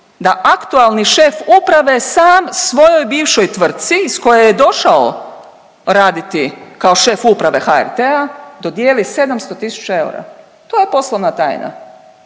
da aktualni šef uprave sam svojoj bivšoj tvrtci iz koje je došao raditi kao šef uprave HRT-a dodijeli 700 000 eura. To je poslovna tajna.